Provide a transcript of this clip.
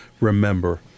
remember